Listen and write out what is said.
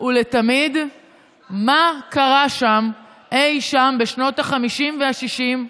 ולתמיד מה קרה שם, אי-שם בשנות החמישים והשישים,